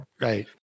right